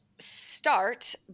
start